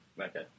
okay